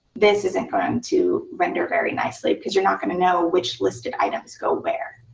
this isn't going to render very nicely. because you're not going to know which listed items go where.